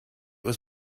was